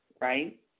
right